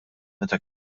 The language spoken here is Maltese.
meta